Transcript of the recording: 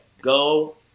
go